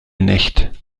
nicht